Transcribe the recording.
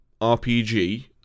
RPG